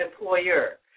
employer